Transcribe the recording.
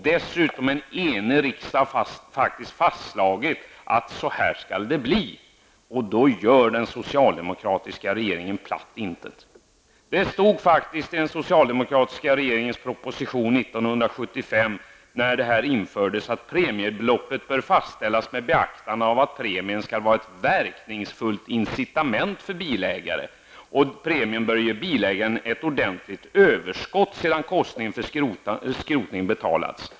Dessutom har en egen riksdag faktiskt fastslagit att så här skall det bli. Då gör den socialdemokratiska regeringen platt intet. Det stod i den socialdemokratiska regeringens proposition 1975, när skrotningspremier infördes, att premiebeloppet bör fastställas med beaktande av att premien skall vara ett verkningsfullt incitament för bilägare och att premien bör ge bilägaren ett ordentligt överskott sedan kostnaden för skrotningen betalats.